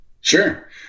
Sure